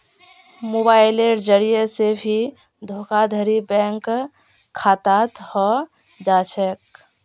मोबाइलेर जरिये से भी धोखाधडी बैंक खातात हय जा छे